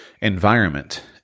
environment